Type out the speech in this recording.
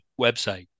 website